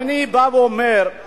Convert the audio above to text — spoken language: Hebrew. אני אומר לך,